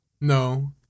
No